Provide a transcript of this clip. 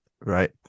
Right